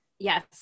Yes